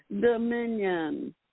Dominion